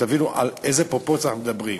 תבינו על איזו פרופורציה אנחנו מדברים.